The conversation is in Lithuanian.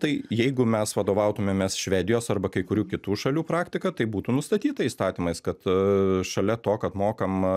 tai jeigu mes vadovautumėmės švedijos arba kai kurių kitų šalių praktika tai būtų nustatyta įstatymais kad šalia to kad mokam